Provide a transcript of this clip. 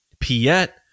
Piet